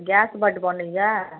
gas बड्ड बनैए